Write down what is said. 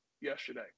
yesterday